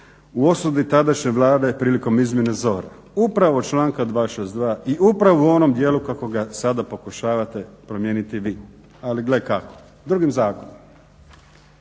u osudi tadašnje Vlada prilikom izmjene ZOR-a, upravo članka 262.i upravo u onom dijelu kako ga sada pokušavate promijeniti vi. Ali gle kako, drugim zakonom.